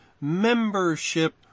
membership